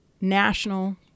national